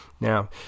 Now